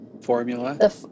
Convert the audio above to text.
Formula